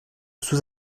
sous